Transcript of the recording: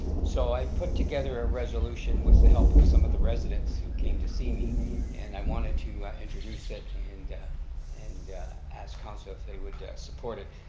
so i've put together a resolution with the help of some of the residents who came to see me and i wanted to introduce it and and ask council if they would support it.